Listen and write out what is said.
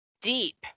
deep